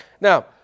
Now